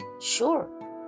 sure